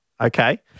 Okay